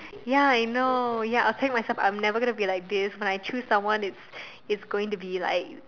ya I know ya I tell myself I'm never going to be like this when I choose someone it's it's going to be like